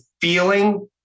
feeling